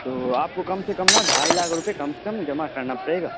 تو آپ کو کم سے کم نا ڈھائی لاکھ روپیے کم سے کم جمع کرنا پڑے گا